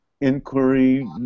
inquiry